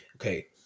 okay